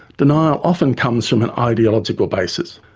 denial often comes from an ideological basis.